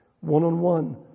one-on-one